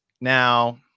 now